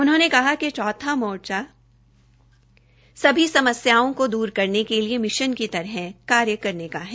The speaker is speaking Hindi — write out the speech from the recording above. उन्होंने कहा कि चौथा मोर्चा सभी समस्याओं को दूर करने के लिए मिशन की तरह कार्य कर रहा है